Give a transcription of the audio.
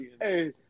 Hey